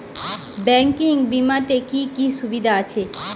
Banking বিমাতে কি কি সুবিধা আছে?